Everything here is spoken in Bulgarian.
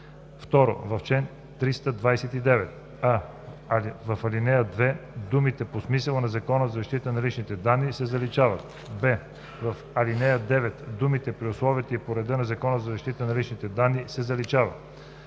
2. В чл. 329: а) в ал. 2 думите „по смисъла на Закона за защита на личните данни“ се заличават; б) в ал. 9 думите „при условията и по реда на Закона за защита на личните данни“ се заличават.“